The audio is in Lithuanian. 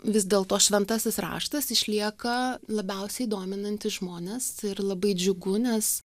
vis dėlto šventasis raštas išlieka labiausiai dominantis žmonės ir labai džiugu nes